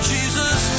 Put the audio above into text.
Jesus